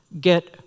get